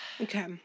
Okay